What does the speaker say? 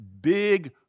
big